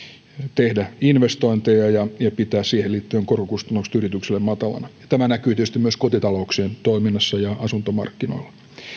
tehdä investointeja ja ja pitää siihen liittyen korkokustannukset yrityksille matalina tämä näkyy tietysti myös kotitalouksien toiminnassa ja asuntomarkkinoilla